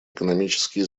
экономические